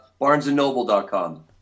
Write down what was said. barnesandnoble.com